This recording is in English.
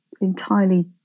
entirely